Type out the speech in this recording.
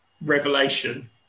revelation